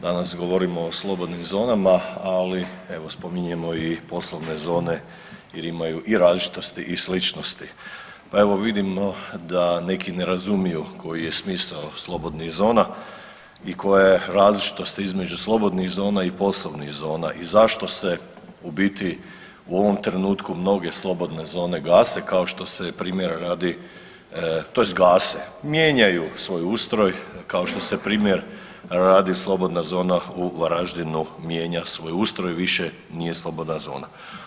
Danas govorimo o slobodnim zonama, ali evo spominjemo i poslovne zone jer imaju i različitosti i sličnosti, pa evo vidimo da neki ne razumiju koji je smisao slobodnih zona i koja je različitost između slobodnih zona i poslovnih zona i zašto se u biti u ovom trenutku mnoge slobodne zone gase kao što se primjera radi tj. gase, mijenjaju svoj ustroj, kao što se primjer radi slobodna zona u Varaždinu mijenja svoj ustroj i više nije slobodna zona.